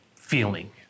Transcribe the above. feeling